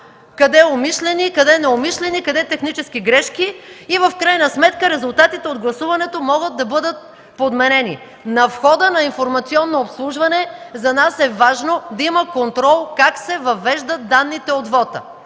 къде умишлени, къде неумишлени, къде технически грешки и в крайна сметка резултатите от гласуването могат да бъдат подменени. На входа на „Информационно обслужване” за нас е важно да има контрол как се въвеждат данните от вота.